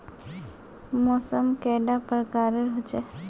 मौसम कैडा प्रकारेर होचे?